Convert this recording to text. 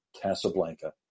Casablanca